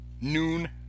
Noon